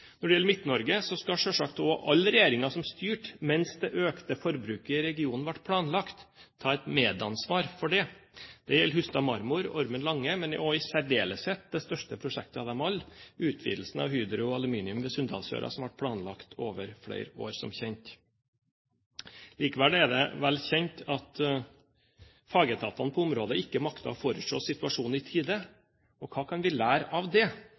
Når det gjelder Midt-Norge, skal selvsagt alle regjeringer som har styrt mens det økte forbruket i regionen ble planlagt, ta et medansvar for det. Det gjelder Hustadmarmor, Ormen Lange og i særdeleshet det største prosjektet av dem alle, utvidelsen av Hydro Aluminium ved Sunndalsøra, som, som kjent, ble planlagt over flere år. Likevel er det vel kjent at fagetatene på området ikke maktet å forutse situasjonen i tide. Hva kan vi lære av det?